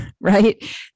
right